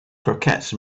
croquettes